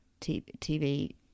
TV